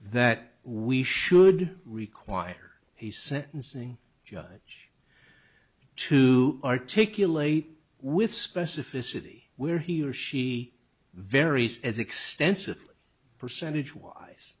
that we should require the sentencing judge to articulate with specificity where he or she very says extensively percentage wise